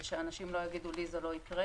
כדי שאנשים לא יגידו: לי זה לא יקרה.